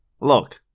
Look